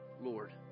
Lord